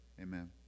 amen